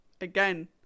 Again